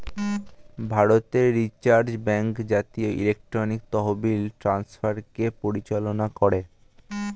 ভারতের reserve bank জাতীয় electronic তহবিল ট্রান্সফারকে পরিচালনা করে